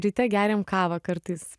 ryte geriam kavą kartais